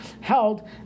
held